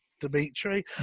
Dimitri